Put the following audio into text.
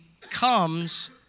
comes